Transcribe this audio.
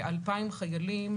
כ-2,000 חיילים,